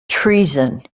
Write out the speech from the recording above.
treason